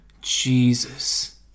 Jesus